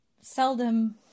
seldom